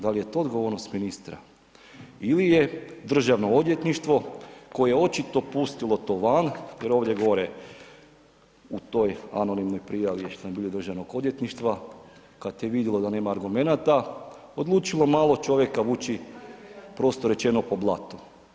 Da li je to odgovornost ministra ili je državno odvjetništvo koje je očito pustilo to van jer ovdje gore u toj anonimnoj prijavi je štambilj državnog odvjetništva kada je vidjelo da nema argumenata odlučilo malo čovjeka vući, prosto rečeno, po blatu?